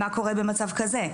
מה קורה במצב כזה?